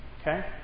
okay